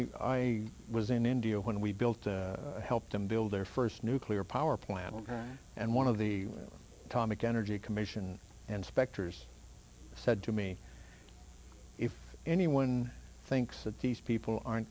i was in india when we built helped them build their first nuclear power plant and one of the atomic energy commission and specters said to me if anyone thinks that these people aren't